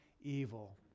evil